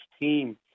team